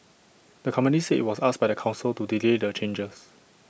the company said IT was asked by the Council to delay the changes